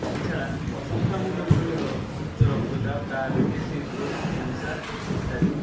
এছাড়া অসংক্রামক রোগগুলি হলো উচ্চ রক্তচাপ ডায়াবেটিস হৃদরোগ ক্যান্সার ইত্যাদি